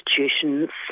institutions